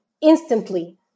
instantly